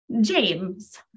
James